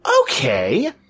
okay